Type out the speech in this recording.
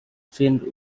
filmed